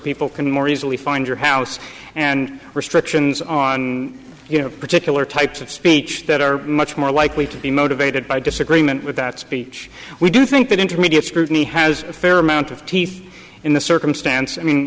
people can more easily find your house and restrictions on you know particular types of speech that are much more likely to be motivated by disagreement with that speech we do think that intermediate scrutiny has a fair amount of teeth in the circumstance i mean